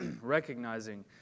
recognizing